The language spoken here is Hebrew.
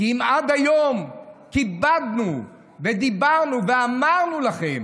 כי אם עד היום כיבדנו ודיברנו ואמרנו לכם: